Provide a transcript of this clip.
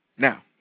Now